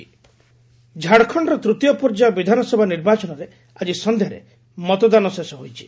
Jharkhand polling ଝାଡ଼ଖଣ୍ଡର ତୃତୀୟ ପର୍ଯ୍ୟାୟ ବିଧାନସଭା ନିର୍ବାଚନରେ ଆଜି ସନ୍ଧ୍ୟାରେ ମତଦାନ ଶେଷ ହୋଇଛି